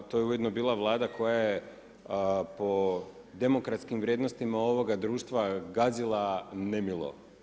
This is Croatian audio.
To je ujedno bila Vlada koja je po demokratskim vrijednostima ovoga društva gazila nemilo.